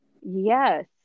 yes